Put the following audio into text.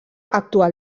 actual